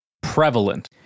prevalent